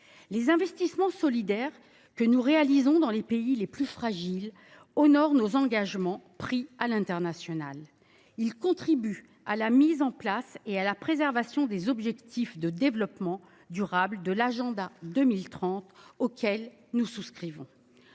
Les investissements solidaires que nous réalisons dans les pays les plus fragiles honorent nos engagements pris sur la scène internationale. Ils contribuent à la mise en place et à la préservation des objectifs de développement durable de l’agenda 2030, auquel nous souscrivons.